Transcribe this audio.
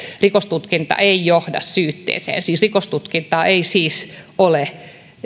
rikostutkinta ei johda syytteeseen rikostutkintaa ei siis ole